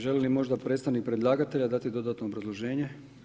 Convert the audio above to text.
Želi li možda predstavnik predlagatelja dati dodatno obrazloženje?